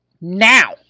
Now